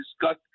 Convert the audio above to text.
discuss